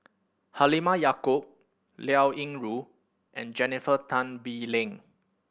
Halimah Yacob Liao Yingru and Jennifer Tan Bee Leng